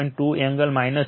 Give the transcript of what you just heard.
2 angle 83